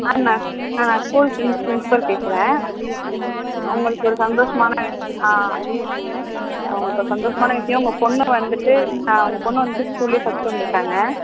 ma'am நான் நான் school principal பேசுகிறேன் உங்களுக்கு ஒரு சந்தோஷமான உங்களுக்கு ஒரு சந்தோஷமான விஷயம் உங்கள் பொண்ணு வந்துவிட்டு நான் உங்கள் பொண்ணு வந்துவிட்டு ஸ்கூல்லேயே ஃபர்ஸ்ட்டு வந்திருக்காங்க